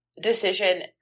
decision